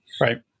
Right